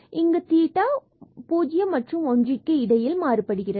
இங்கு theta 0 1க்கு இடையில் மாறுபடுகிறது